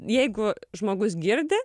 jeigu žmogus girdi